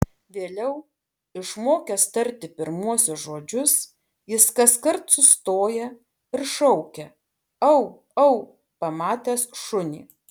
vėliau išmokęs tarti pirmuosius žodžius jis kaskart sustoja ir šaukia au au pamatęs šunį